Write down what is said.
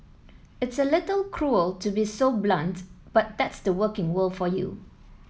it's a little cruel to be so blunt but that's the working world for you